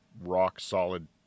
rock-solid